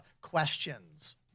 questions